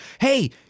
hey